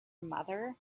mother